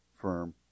firm